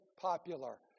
popular